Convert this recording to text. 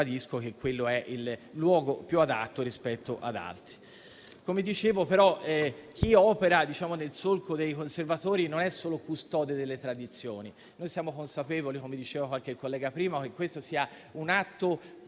e ribadisco che quello è il luogo più adatto rispetto ad altri. Come dicevo, però, chi opera nel solco dei conservatori non è solo custode delle tradizioni. Noi siamo consapevoli, come diceva qualche collega, del fatto che questo sia un atto